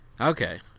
Okay